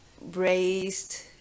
braised